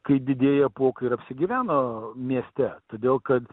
kai didieji apuokai ir apsigyveno mieste todėl kad